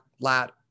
lat